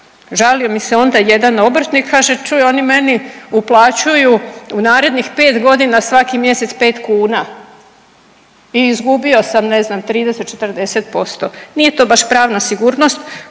Žalio mi se onda jedan obrtnik, kaže, čuj, oni meni uplaćuju u narednih 5 godina svaki mjesec 5 kuna i izgubio sam, ne znam, 30, 40%. Nije to baš pravna sigurnost